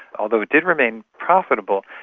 although it did remain profitable,